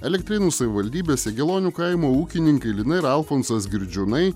elektrėnų savivaldybės jagėlonių kaimo ūkininkai lina ir alfonsas girdžiūnai